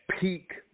peak